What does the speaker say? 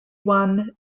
won